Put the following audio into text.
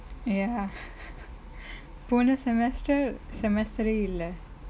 ya போன:pone semester semester ரெ இல்ல:re ille